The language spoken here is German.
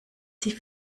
sie